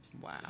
Wow